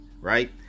Right